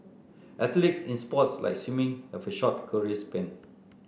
athletes in sports like swimming have a short career span